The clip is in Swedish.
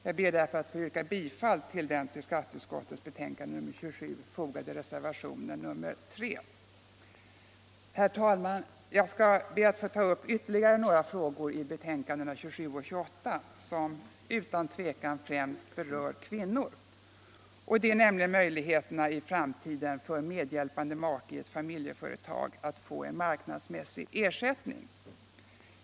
Jag ber därför att få yrka bifall till den vid skatteutskottets betänkande nr 27 fogade reservationen 3. Herr talman! Jag skall be att få ta upp ytterligare några frågor i betänkandena nr 27 och 28, som utan tvivel främst berör kvinnan, nämligen möjligheterna i framtiden för medhjälpande make i ett familjeföretag att få en marknadsmässig ersättning.